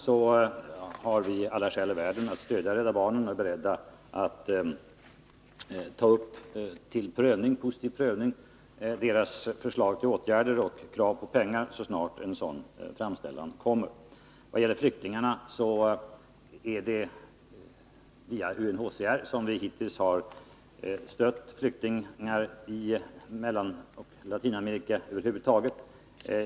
Vi har alla skäl i världen att stödja Rädda barnen och är beredda att ta upp till positiv prövning organisationens förslag till åtgärder och krav på pengar så snart en sådan framställan kommer. Det är via UNHCR som vi hittills har stött flyktingar i Mellanoch Latinamerika över huvud taget.